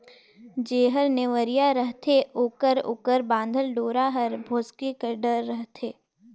जेहर नेवरिया रहथे ओकर ओकर बाधल डोरा हर भोसके कर डर रहथे